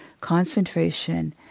concentration